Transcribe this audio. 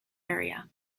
area